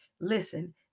listen